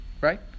Right